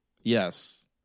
Yes